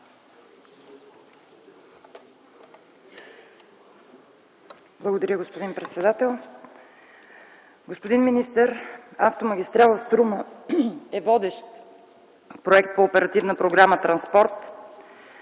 Благодаря, господин председател. Господин министър, автомагистрала „Струма” е водещ проект по оперативна програма „Транспорт”.